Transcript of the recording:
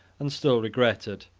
and still regretted.